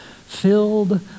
filled